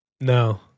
No